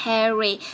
Harry